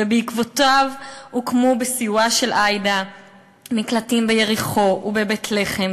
ובעקבותיו הוקמו בסיועה של עאידה מקלטים ביריחו ובבית-לחם,